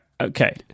Okay